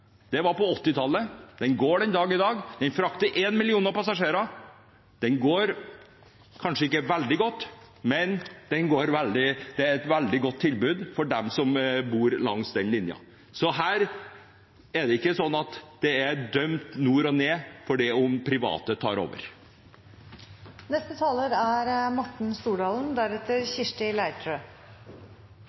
det var på 1980-tallet. Den går den dag i dag og frakter 1 million passasjerer. Den går kanskje ikke veldig godt, men det er et veldig godt tilbud for dem som bor langs denne linjen. Så her er det ikke slik at det er dømt nord og ned selv om private tar